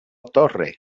torre